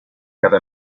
cada